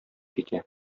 китә